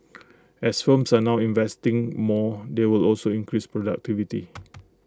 as firms are now investing more they will also increase productivity